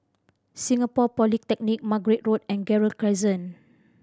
Singapore Polytechnic Margate Road and Gerald Crescent